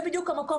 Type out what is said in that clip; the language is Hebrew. זה בדיוק המקום,